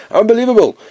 unbelievable